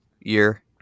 year